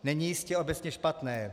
Není jistě obecně špatné.